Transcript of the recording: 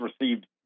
received